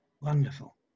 Wonderful